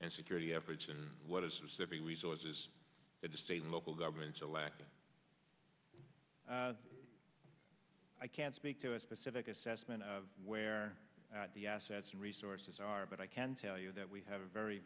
and security efforts in what is a city resources that the state and local governments are lacking i can't speak to a specific assessment of where the assets and resources are but i can tell you that we have a very